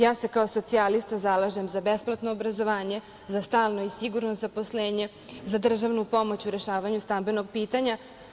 Ja se kao socijalista zalažem za besplatno obrazovanje, za stalno i sigurno zaposlenje, za državnu pomoć u rešavanju stambenog pitanja.